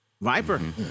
Viper